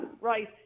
right